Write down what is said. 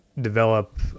develop